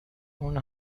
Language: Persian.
اون